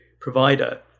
provider